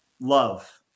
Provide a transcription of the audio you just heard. love